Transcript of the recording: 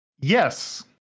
Yes